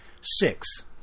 Six